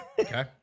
Okay